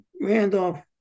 Randolph